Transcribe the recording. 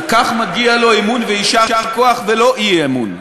על כך מגיע לו אמון ויישר כוח, ולא אי-אמון.